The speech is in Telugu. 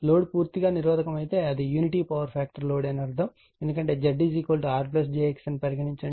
లోడ్ పూర్తిగా నిరోధకమైతే అది యూనిటీ పవర్ ఫ్యాక్టర్ లోడ్ అని అర్ధం ఎందుకంటే Z R j X అని పరిగణించండి